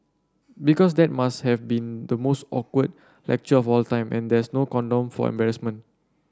because that must have been the most awkward lecture of all time and there's no condom for embarrassment